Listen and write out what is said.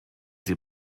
sie